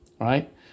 right